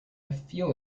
feel